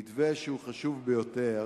מתווה שהוא חשוב ביותר